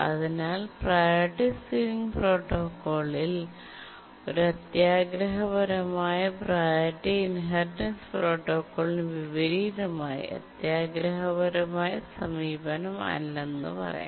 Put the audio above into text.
അതിനാൽ priority ceiling പ്രോട്ടോക്കോളിൽ ഒരു അത്യാഗ്രഹപരമായ പ്രിയോറിറ്റി ഇൻഹെറിറ്റൻസ് പ്രോട്ടോക്കോളിന് വിപരീതമായി അത്യാഗ്രഹപരമായ സമീപനമല്ലെന്ന് പറയാം